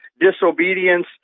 disobedience